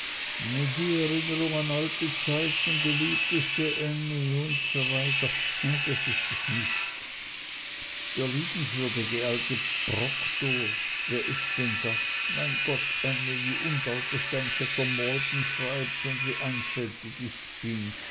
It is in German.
die erinnerung an alte zeiten geliebteste ännie usw das ist es nicht der liebenswürdige alte proktor wer ist denn das mein gott ännie wie undeutlich dein vetter maldon schreibt und wie einfältig ich bin